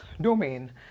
domain